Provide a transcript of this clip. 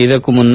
ಇದಕ್ಕೂ ಮುನ್ನ